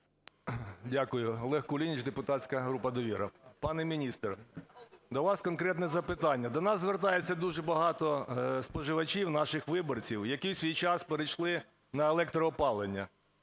Дякую. Олег Кулініч, депутатська група "Довіра". Пане міністр, до вас конкретне запитання. До нас звертаються дуже багато споживачів, наших виборців, які в свій час перейшли на електроопалення.